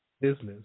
business